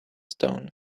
stone